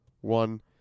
one